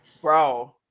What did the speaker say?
Bro